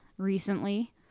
Recently